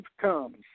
comes